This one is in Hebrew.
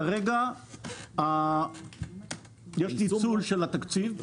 כרגע יש ניצול של התקציב הזה,